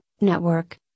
network